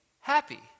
happy